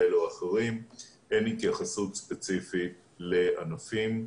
כאלה או אחרים אין התייחסות ספציפית לענפים.